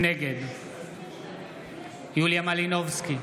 נגד יוליה מלינובסקי,